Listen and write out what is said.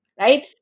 right